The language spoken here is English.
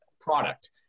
product